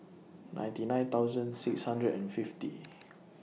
ninety nine thousand six hundred and fifty